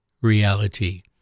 reality